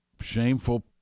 shameful